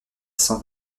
cent